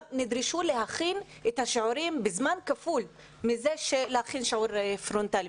גם נדרשו להכין את השיעורים בזמן כפול מזה שלהכין שיעור פרונטלי.